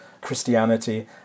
Christianity